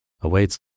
awaits